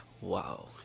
Wow